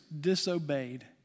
disobeyed